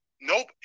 nope